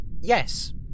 yes